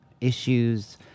issues